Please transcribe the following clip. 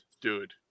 dude